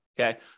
okay